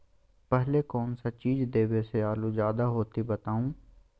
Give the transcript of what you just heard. पहले कौन सा चीज देबे से आलू ज्यादा होती बताऊं?